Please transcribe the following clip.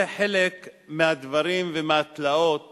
זה חלק מהדברים ומהתלאות